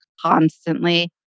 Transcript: constantly